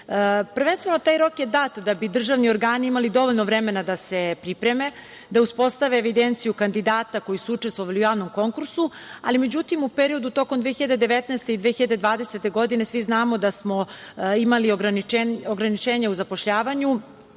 godine. Prvenstveno, taj rok je dat da bi državni organi imali dovoljno vremena da se pripreme, da uspostave evidenciju kandidata koji su učestvovali u javnom konkursu, ali međutim, u periodu tokom 2019. i 2020. godine, svi znamo da smo imali ograničenje u zapošljavanju